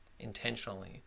intentionally